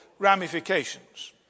ramifications